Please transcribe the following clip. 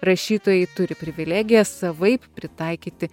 rašytojai turi privilegiją savaip pritaikyti